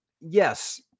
yes